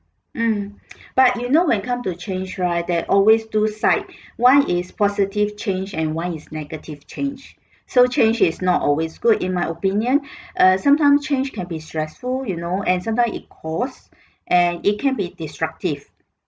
mm but you know when come to change right there's always two side one is positive change and one is negative change so change is not always good in my opinion uh sometimes change can be stressful you know and sometimes it cause and it can be disruptive